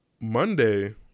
monday